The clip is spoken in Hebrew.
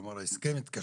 כלומר הסכם ההתקשרות,